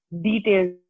details